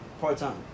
part-time